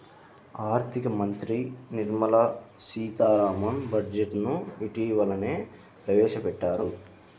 ఆర్ధిక మంత్రి నిర్మలా సీతారామన్ బడ్జెట్ ను ఇటీవలనే ప్రవేశపెట్టారు